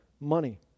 money